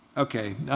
okay.